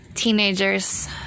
Teenagers